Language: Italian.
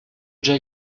già